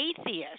atheist